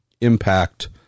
impact